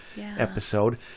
episode